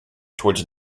towards